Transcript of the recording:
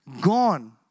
Gone